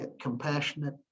compassionate